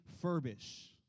furbish